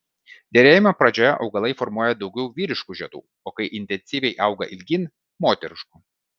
derėjimo pradžioje augalai formuoja daugiau vyriškų žiedų o kai intensyviai auga ilgyn moteriškų